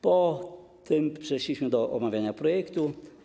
Potem przeszliśmy do omawiania projektu.